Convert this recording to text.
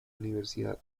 universidad